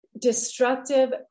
destructive